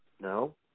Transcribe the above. No